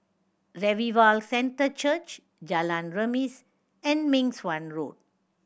Revival Centre Church Jalan Remis and Meng Suan Road